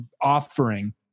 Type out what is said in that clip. offering